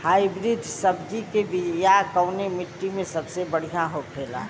Hybrid सब्जी के बिया कवने मिट्टी में सबसे बढ़ियां होखे ला?